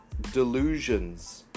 delusions